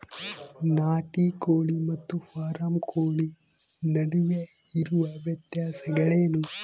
ನಾಟಿ ಕೋಳಿ ಮತ್ತು ಫಾರಂ ಕೋಳಿ ನಡುವೆ ಇರುವ ವ್ಯತ್ಯಾಸಗಳೇನು?